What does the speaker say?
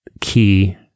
key